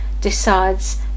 decides